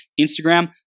Instagram